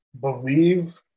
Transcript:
believe